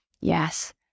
Yes